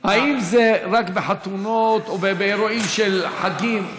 האם זה רק בחתונות או באירועים של חגים?